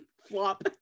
flop